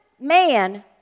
man